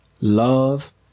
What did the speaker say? love